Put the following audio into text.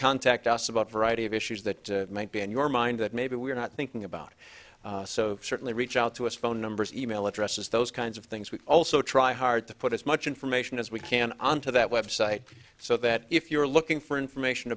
contact us about variety of issues that might be on your mind that maybe we're not thinking about so certainly reach out to us phone numbers email addresses those kinds of things we also try hard to put as much information as we can on to that website so that if you're looking for information